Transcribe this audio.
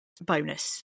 bonus